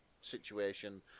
situation